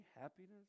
happiness